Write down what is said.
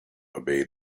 obey